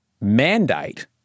mandate